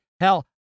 Hell